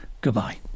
Goodbye